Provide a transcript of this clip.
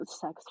sex